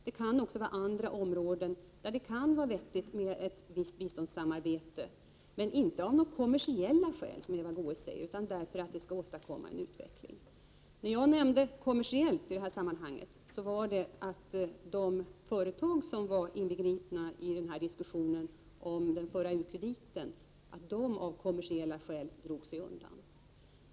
Det kan också finnas andra områden där det kan vara vettigt med ett visst biståndssamarbete — men inte av kommersiella skäl, som Eva Goés säger, utan därför att man skall åstadkomma en utveckling. Det jag menade med ”kommersiell” i detta sammanhang var att de företag som var inbegripna i diskussionen om den förra u-krediten av kommersiella skäl drog sig undan.